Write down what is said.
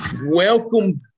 Welcome